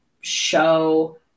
show